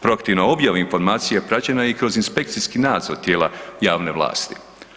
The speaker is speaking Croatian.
Proaktivna objava informacija praćena je i kroz inspekcijski nadzor tijela javne vlasti.